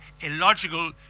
illogical